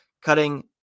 cutting